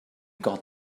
got